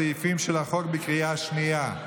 בקריאה שנייה.